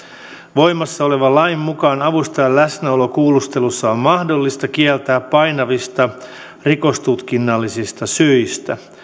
voimassa olevan lain mukaan avustajan läsnäolo kuulustelussa on mahdollista kieltää painavista rikostutkinnallisista syistä